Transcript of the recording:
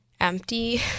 empty